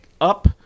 up